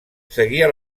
seguia